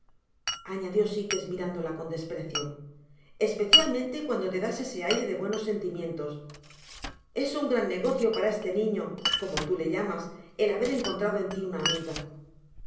añadió sikes mirándola con desprecio especialmente cuando tedas ese aire de buenos sentimientos es un gran negocio para esle niño como tu le llamas el haber encontrado en ti una amiga